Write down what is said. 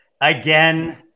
again